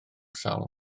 sawl